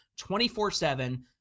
24-7